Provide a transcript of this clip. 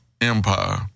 empire